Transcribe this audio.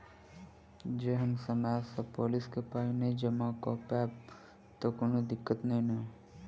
जँ हम समय सअ पोलिसी केँ पाई नै जमा कऽ पायब तऽ की कोनो दिक्कत नै नै?